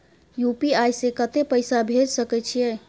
UPI से कत्ते पैसा भेज सके छियै?